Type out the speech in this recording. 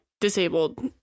disabled